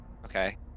Okay